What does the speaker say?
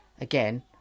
again